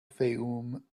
fayoum